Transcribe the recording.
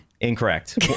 Incorrect